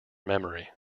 memory